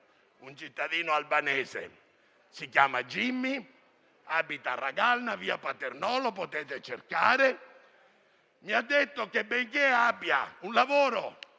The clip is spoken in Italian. un cittadino albanese, si chiama Jimmy, abita a Ragalna, a via Paternò - lo potete cercare - e mi ha detto che, benché abbia un lavoro,